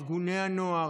ארגוני הנוער,